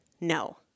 No